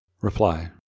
Reply